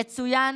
יצוין